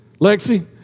Lexi